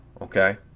okay